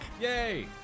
Yay